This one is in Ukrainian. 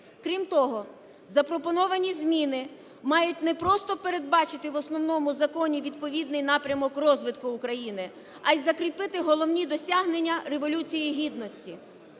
Крім того, запропоновані зміни мають не просто передбачити в Основному Законі відповідний напрямок розвитку України, а й закріпити головні досягнення Революції Гідності.